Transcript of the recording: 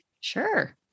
Sure